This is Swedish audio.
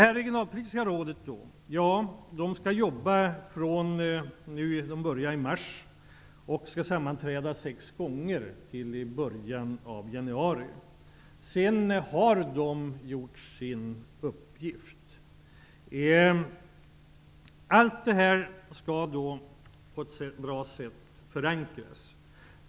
Det regionalpolitiska rådets arbete startade i mars, och det skall sammanträda sex gånger fram till i början av januari. Därefter har det fullgjort sin uppgift. Allt detta skall förankras på ett bra sätt.